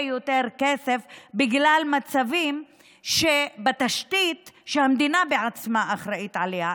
יותר כסף בגלל מצבים של תשתית שהמדינה בעצמה אחראית עליה,